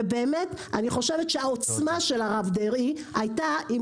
ובאמת אני חושבת שהעוצמה של הרב דרעי הייתה אם